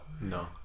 No